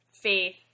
faith